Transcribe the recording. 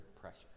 pressure